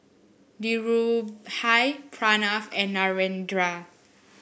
Dhirubhai Pranav and Narendra